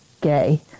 gay